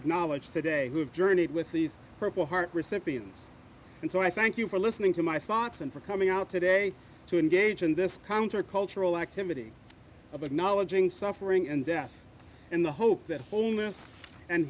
acknowledge today who have journeyed with these purple heart recipients and so i thank you for listening to my thoughts and for coming out today to engage in this countercultural activity of acknowledging suffering and death in the hope that wholeness and